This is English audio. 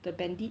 the bandit